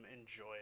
enjoy